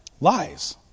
Lies